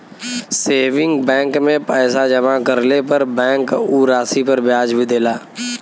saving bank में पैसा जमा करले पर बैंक उ राशि पर ब्याज भी देला